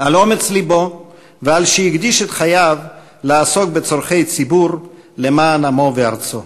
על אומץ לבו ועל שהקדיש את חייו לעסוק בצורכי ציבור למען עמו וארצו.